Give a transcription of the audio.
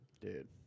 Dude